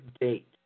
date